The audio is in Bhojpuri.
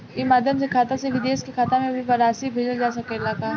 ई माध्यम से खाता से विदेश के खाता में भी राशि भेजल जा सकेला का?